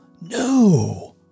No